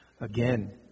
again